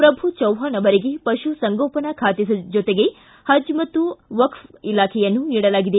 ಪ್ರಭು ಜವ್ಹಾಣ್ ಅವರಿಗೆ ಪಶು ಸಂಗೋಪನಾ ಖಾತೆ ಜೊತೆಗೆ ಪಜ್ ಮತ್ತು ವಕ್ಫ ಇಲಾಖೆಯನ್ನು ನೀಡಲಾಗಿದೆ